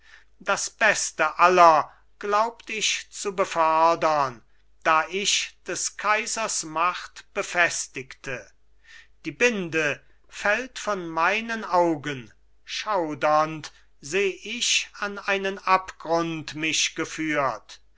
das beste aller glaubt ich zu befördern da ich des kaisers macht befestigte die binde fällt von meinen augen schaudernd seh ich an einen abgrund mich geführt